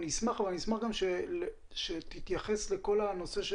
אני אשמח אבל אני אשמח שתתייחס לכל הנושא של